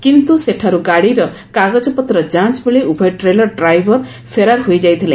କିନ୍ତୁ ସେଠାରୁ ଗାଡ଼ିର କାଗଜପତ୍ର ଯାଞ ବେଳେ ଉଭୟ ଟ୍ରେଲର ଡ୍ରାଇଭର ଫେରାର ହୋଇଯାଇଥିଲେ